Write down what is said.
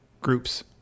groups